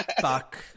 Fuck